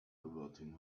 averting